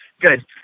good